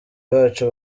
bacu